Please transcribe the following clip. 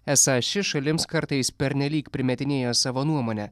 esą ši šalims kartais pernelyg primetinėja savo nuomonę